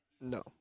No